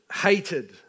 hated